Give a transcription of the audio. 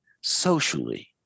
socially